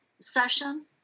session